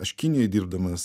aš kinijoj dirbdamas